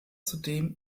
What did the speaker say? zudem